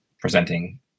presenting